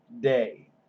day